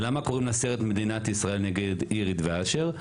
ולמה קוראים לסרט מדינת ישראל נגד אירית ואשר?